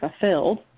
fulfilled